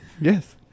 Yes